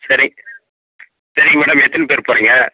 சரி சரிங்க மேடம் எத்தனை பேர் போகிறீங்க